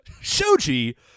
Shoji